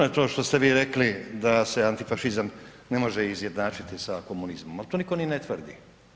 Točno je to što ste vi rekli da se antifašizam ne može izjednačiti sa komunizmom ali to nitko ni ne tvrdi.